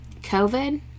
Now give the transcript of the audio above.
COVID